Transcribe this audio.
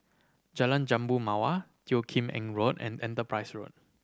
Jalan Jambu Mawar Teo Kim Eng Road and Enterprise Road